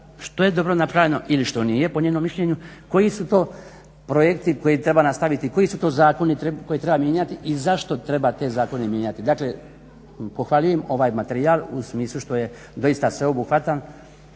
što je dobro napravljeno ili što nije po njenom mišljenju, koji su to projekti koje treba nastaviti, koji su to zakoni koje treba mijenjati i zašto treba te zakone mijenjati. Dakle, pohvaljujem ovaj materijal u smislu što je doista sveobuhvatan,